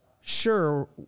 sure